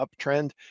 uptrend